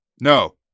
No